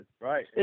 right